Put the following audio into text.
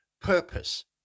purpose